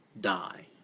die